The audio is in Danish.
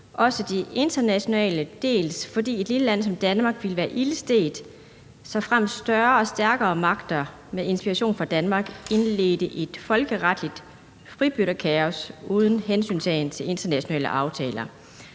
også de internationale, dels fordi et lille land som Danmark ville være ilde stedt, såfremt større og stærkere magter med inspiration fra Danmark indledte et folkeretligt fribytterkaos uden hensyntagen til internationale aftaler.